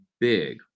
big